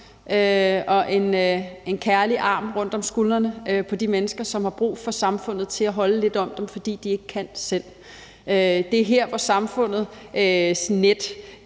og en kærlig armen rundt om skuldrene på de mennesker, som har brug for samfundet til at holde lidt om den, fordi de ikke kan selv. Det er her, hvor samfundets net